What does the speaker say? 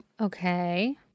Okay